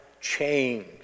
change